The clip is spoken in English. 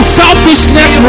selfishness